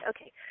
okay